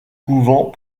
couvent